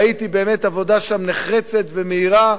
ראיתי שם באמת עבודה נחרצת ומהירה,